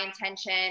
intention